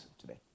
today